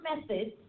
methods